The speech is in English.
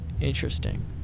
Interesting